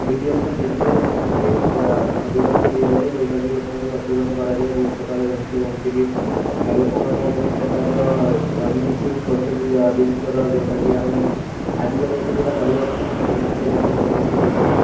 ବିଜ୍ଞାପନ ଟିଭିରେ ଟିଭିରେ ଅଧିକାଂଶ ଦିଆଯାଏ ଯେଉଁଟାକି ଲୋକଙ୍କୁ ସଚେତନ କରାଯାଏ ବହୁତ ପ୍ରକାର ଜିନିଷ ଯେମିତିକି ଲୋକମାନେ ବହୁତ୍ ପ୍ରକାରର ମିସ୍ୟୁଜ୍ କରୁଛନ୍ତି ଯାହା ଜିନିଷର ଯେଉଁଟାକି ଆମେ ଆଜିକା ଡ଼େଟ୍ରେ ଯେଉଁଟା କରିବା କଥା ନୁହେଁ ସେ ଜିନିଷ ସବୁ ସେମାନେ କରୁଛନ୍ତି ଯେଉଁଟାକି